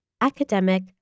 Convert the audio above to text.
academic